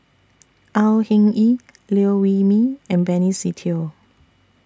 Au Hing Yee Liew Wee Mee and Benny Se Teo